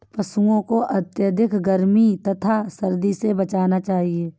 पशूओं को अत्यधिक गर्मी तथा सर्दी से बचाना चाहिए